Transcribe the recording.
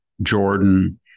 Jordan